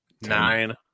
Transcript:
nine